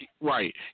Right